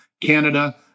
Canada